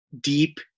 deep